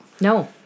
No